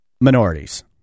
minorities